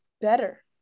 better